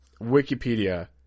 Wikipedia